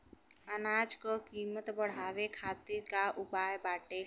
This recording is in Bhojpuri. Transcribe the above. अनाज क कीमत बढ़ावे खातिर का उपाय बाटे?